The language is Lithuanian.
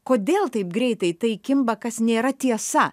kodėl taip greitai tai kimba kas nėra tiesa